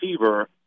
receiver